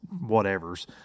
whatevers